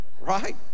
right